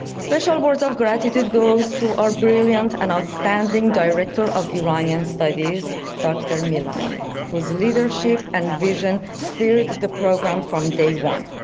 special words of gratitude goes to our brilliant and outstanding director of iranian studies dr. milani whose leadership and vision steered the program from day one.